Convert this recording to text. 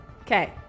Okay